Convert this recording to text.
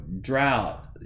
drought